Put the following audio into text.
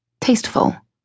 tasteful